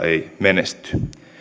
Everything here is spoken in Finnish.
ei menesty